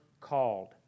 called